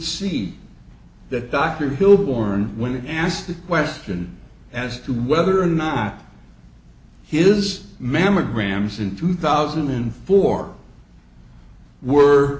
see that dr hill boring when asked the question as to whether or not he is mammograms in two thousand and four were